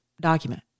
document